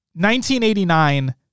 1989